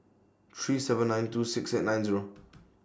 three seven nine two six eight nine Zero